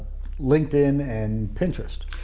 linkedin and pinterest.